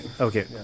Okay